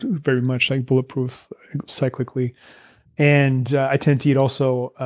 very much like bulletproof cyclically and i tend to eat also,